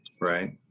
right